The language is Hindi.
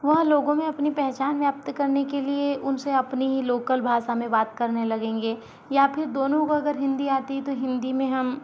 वह लोगों में अपनी पहचान व्यक्त करने के लिए उनसे अपनी ही लोकल भाषा में बात करने लगेंगे या फिर दोनों को अगर हिंदी आती है तो हिंदी में हम